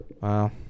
Wow